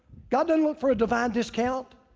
god didn't look for a divine discount.